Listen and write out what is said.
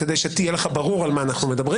כדי שיהיה לך ברור על מה אנחנו מדברים